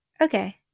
Okay